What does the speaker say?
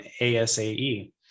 ASAE